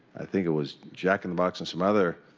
i think it was jack-in-the-box and some other